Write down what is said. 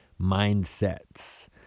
mindsets